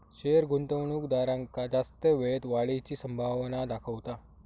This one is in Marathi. शेयर गुंतवणूकदारांका जास्त वेळेत वाढीची संभावना दाखवता